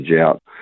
out